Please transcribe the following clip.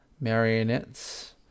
Marionettes